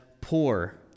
poor